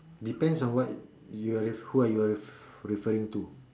depends on what you're who you're refer referring to